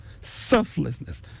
selflessness